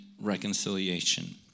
reconciliation